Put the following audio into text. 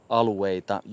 alueita